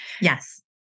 Yes